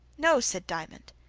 no, said diamond.